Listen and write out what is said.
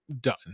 done